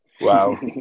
Wow